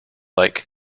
like